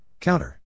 Counter